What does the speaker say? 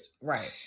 Right